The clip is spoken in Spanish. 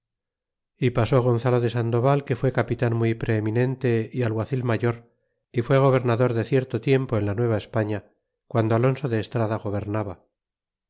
y pasó gonzalo de sandoval que fue capitan muy preeminente y alguacil mayor y fué gobernador cierto tiempo en la nueva españa guando alonso de estrada gobernaba